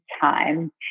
time